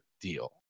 deal